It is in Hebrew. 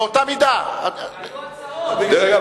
באותה מידה.